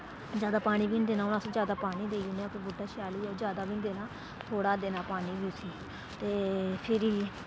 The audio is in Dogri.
जैदा पानी बी निं देना हून अस जैदा पानी देई ओड़ने आं भाई बूह्टा शैल होई जाग जैदा बी निं देना थोह्ड़ा देना पानी बी उस्सी ते फ्हिरी